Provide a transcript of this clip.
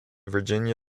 virginia